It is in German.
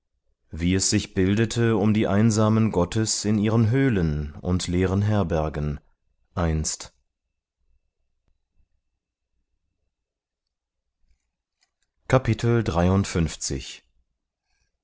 wie es sich bildete um die einsamen gottes in ihren höhlen und leeren herbergen einst